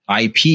IP